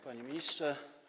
Panie Ministrze!